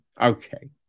Okay